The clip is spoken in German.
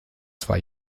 zwei